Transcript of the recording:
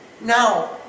Now